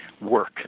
work